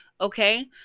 okay